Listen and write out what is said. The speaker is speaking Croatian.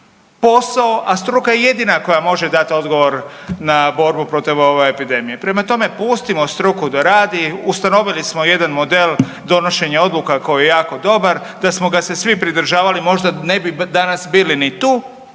posao, a struka je jedina koja može dati odgovor na borbu protiv ove epidemije. Prema tome, pustimo struku da radi, ustanovili smo jedan model donošenja odluka koji je jako dobar da smo ga se svi pridržavali možda ne danas bili ni tu,